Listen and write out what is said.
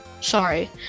sorry